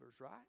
right